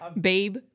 Babe